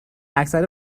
اکثر